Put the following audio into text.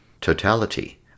totality